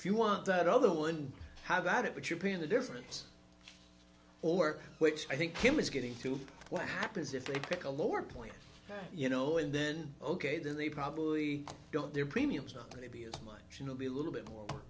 if you want that other one how about it but you're paying the difference or which i think kim is getting through what happens if they pick a lower point you know and then ok then they probably don't their premiums are not going to be as much you know be a little bit more